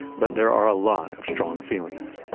but there are a lot of strong feelings,